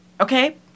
Okay